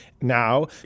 Now